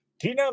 Tina